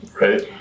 Right